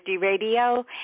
Radio